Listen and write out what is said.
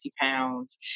pounds